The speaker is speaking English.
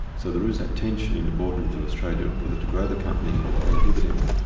so there is that tension in the board rooms of australia whether to grow the company or pay a dividend.